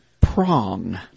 Prong